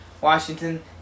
Washington